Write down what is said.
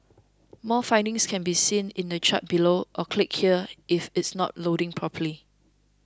more findings can be seen in the chart below or click here if it's not loading properly